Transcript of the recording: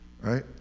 right